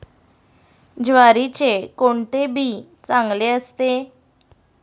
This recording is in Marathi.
ज्वारीचे कोणते बी चांगले असते?